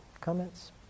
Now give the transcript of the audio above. comments